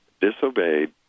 disobeyed